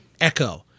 echo